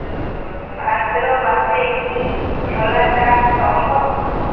ভাদ্র মাসে কি ছোলা চাষ সম্ভব?